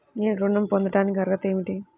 నేను ఋణం పొందటానికి అర్హత ఏమిటి?